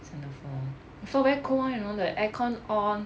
sleep on the floor floor very cold [one] you know the aircon on